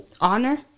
Honor